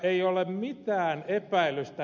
ei ole mitään epäilystä